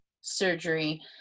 surgery